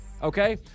Okay